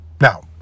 Now